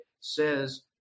says